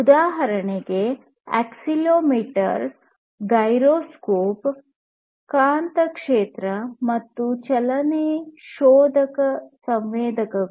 ಉದಾಹರಣೆಗಳು accelerometer gyroscope ಕಾಂತಕ್ಷೇತ್ರ ಮತ್ತು ಚಲನೆಯ ಶೋಧಕ ಸಂವೇದಕಗಳು